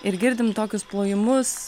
ir girdim tokius plojimus